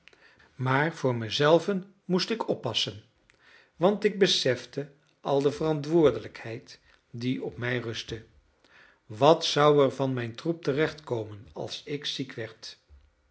maar voor me zelven moest ik oppassen want ik besefte al de verantwoordelijkheid die op mij rustte wat zou er van mijn troep terechtkomen als ik ziek werd